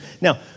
Now